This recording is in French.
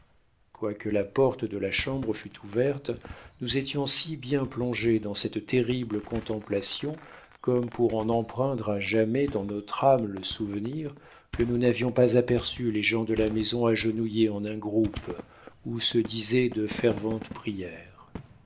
quoique la porte de la chambre fût ouverte nous étions si bien plongés dans cette terrible contemplation comme pour en empreindre à jamais dans notre âme le souvenir que nous n'avions pas aperçu les gens de la maison agenouillés en un groupe où se disaient de ferventes prières